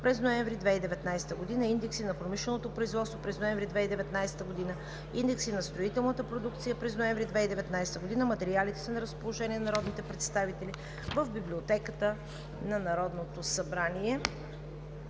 през ноември 2019 г.; Индекси на промишленото производство през ноември 2019 г.; Индекси на строителната продукция през ноември 2019 г. Материалите са на разположение на народните представители в Библиотеката на Народното събрание.